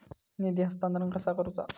निधी हस्तांतरण कसा करुचा?